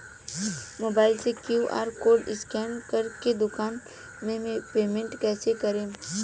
Mobile से QR code scan कर के दुकान मे पेमेंट कईसे करेम?